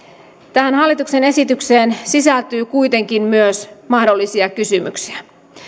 tähän hallituksen esitykseen sisältyy kuitenkin myös mahdollisia kysymyksiä